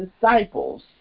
disciples